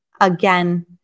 Again